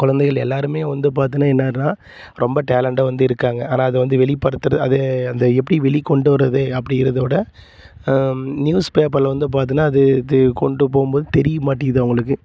குழந்தைகள் எல்லாருமே வந்து பார்த்தினா இன்னார்னா ரொம்ப டேலெண்டாக வந்து இருக்காங்க ஆனால் அது வந்து வெளிப்படுத்துகிறது அது அந்த எப்படி வெளி கொண்டு வரது அப்படிங்குறதோட நியூஸ் பேப்பரில் வந்து பார்த்துனா அது இது கொண்டு போகும் போது தெரியாமாட்டிங்குது அவங்களுக்கு